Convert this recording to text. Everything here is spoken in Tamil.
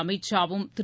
அமித் ஷா வும் திரு